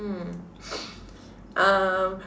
hmm um